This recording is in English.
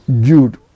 Jude